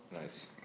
Nice